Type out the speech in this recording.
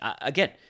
Again